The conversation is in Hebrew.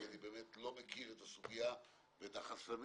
כי אני באמת לא מכיר את הסוגיה ואת החסמים,